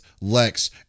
Lex